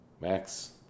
Max